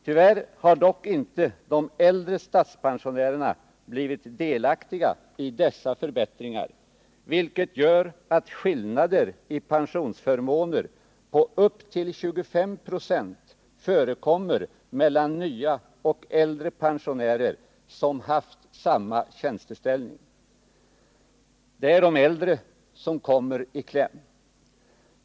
Tyvärr har dock inte de äldre statspensionärerna blivit delaktiga i dessa förbättringar, vilket gör att skillnader i pensionsförmåner på upp till 25 96 förekommer mellan nyare och äldre pensionärer som haft samma tjänsteställning. Det är de äldre som kommer i kläm.